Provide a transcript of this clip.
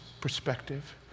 perspective